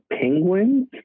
penguins